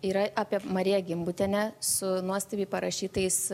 yra apie mariją gimbutienę su nuostabiai parašytais